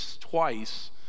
twice